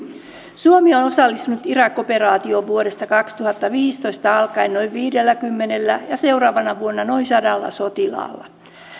suomi on osallistunut irak operaatioon vuodesta kaksituhattaviisitoista alkaen ensin noin viidelläkymmenellä ja seuraavana vuonna noin sadalla sotilaalla